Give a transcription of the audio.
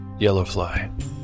Yellowfly